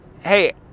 hey